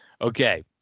Okay